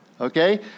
okay